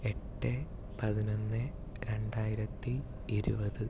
എട്ട് പതിനൊന്ന് രണ്ടായിരത്തി ഇരുപത്